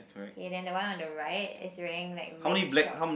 kay then the one on the right is wearing like red shorts